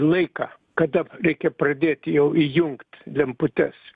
laiką kada reikia pradėti jau įjungt lemputes